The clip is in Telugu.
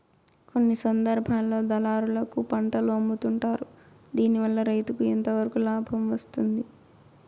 కొన్ని సందర్భాల్లో దళారులకు పంటలు అమ్ముతుంటారు దీనివల్ల రైతుకు ఎంతవరకు లాభం వస్తుంది?